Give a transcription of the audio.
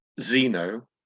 Zeno